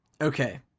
Okay